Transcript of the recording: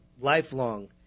lifelong